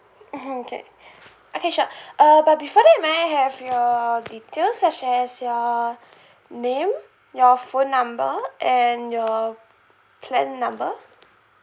mm okay okay sure uh but before that may I have your details such as your name your phone number and your plan number